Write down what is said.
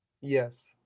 Yes